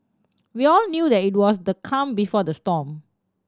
we all knew that it was the calm before the storm